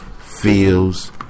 feels